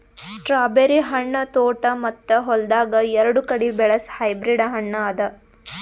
strawberry ಹಣ್ಣ ತೋಟ ಮತ್ತ ಹೊಲ್ದಾಗ್ ಎರಡು ಕಡಿ ಬೆಳಸ್ ಹೈಬ್ರಿಡ್ ಹಣ್ಣ ಅದಾ